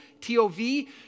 T-O-V